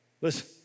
Listen